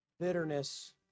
bitterness